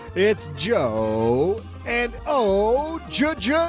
it's joe and oh judge,